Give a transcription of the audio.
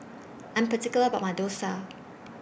I Am particular about My Dosa